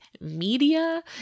media